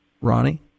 Ronnie